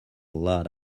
lot